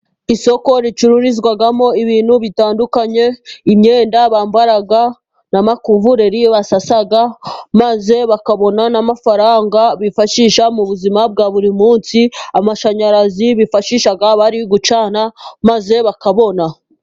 Isoko ricururizwamo ibintu bitandukanye, imyenda bambara, n'amakuvureri basasa, maze bakabona n'amafaranga bifashisha mu buzima bwa buri munsi. Amashanyarazi bifashisha bari gucana maze bakabona.